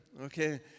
Okay